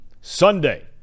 Sunday